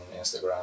Instagram